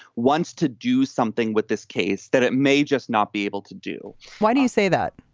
wants to do something with this case that it may just not be able to do. why do you say that?